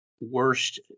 worst